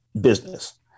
business